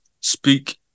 Speak